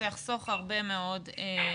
זה יחסוך הרבה מאוד מתח.